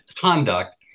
conduct